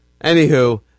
Anywho